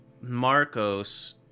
Marcos